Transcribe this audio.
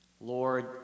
Lord